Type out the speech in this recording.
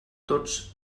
tots